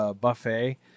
buffet